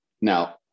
Now